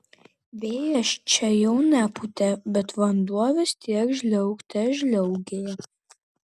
vėjas čia jau nepūtė bet vanduo vis tiek žliaugte žliaugė